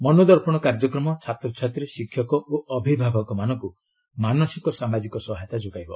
ମନୋଦର୍ପଣ କାର୍ଯ୍ୟକ୍ରମ ଛାତ୍ରଛାତ୍ରୀ ଶିକ୍ଷକ ଓ ଅଭିଭାବକମାନଙ୍କୁ ମାନସିକ ସାମାଜିକ ସହାୟତା ଯୋଗାଇବ